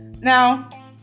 Now